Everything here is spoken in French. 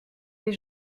des